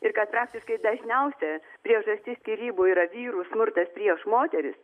ir kad praktiškai dažniausia priežastis skyrybų yra vyrų smurtas prieš moteris